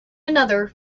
another